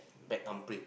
bad thumbprint